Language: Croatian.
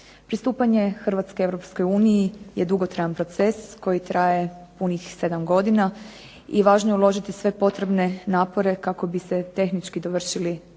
Pristupanje Hrvatske Europskoj uniji je dugotrajan proces koji traje punih 7 godina, i važno je uložiti sve potrebne napore kako bi se tehnički dovršili